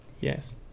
Yes